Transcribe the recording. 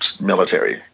military